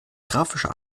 grafischer